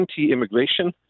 anti-immigration